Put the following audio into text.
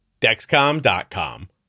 Dexcom.com